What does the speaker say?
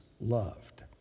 loved